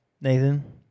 Nathan